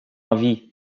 envie